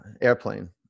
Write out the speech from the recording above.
airplane